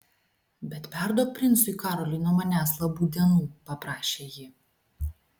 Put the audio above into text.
bet perduok princui karoliui nuo manęs labų dienų paprašė ji